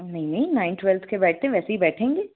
नहीं नहीं ninth twelfth के बैठते हैं वैसे ही बैठेंगे